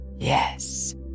Yes